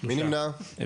3 נמנעים,